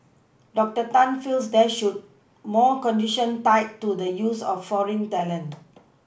doctor Tan feels there should more conditions tied to the use of foreign talent